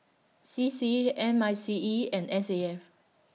C C M I C E and S A F